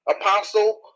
Apostle